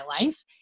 life